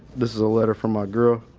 this is a letter from my girl.